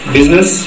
Business